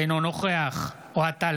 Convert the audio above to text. אינו נוכח אוהד טל,